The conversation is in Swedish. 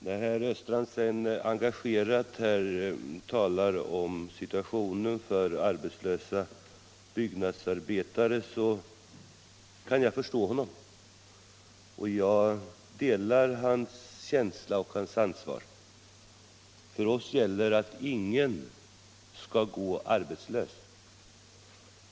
Herr Östrand talade engagerat om situationen för arbetslösa byggnadsarbetare. Jag kan förstå honom. Jag delar hans känsla och hans ansvar. För oss gäller att ingen skall gå arbetslös.